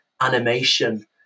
animation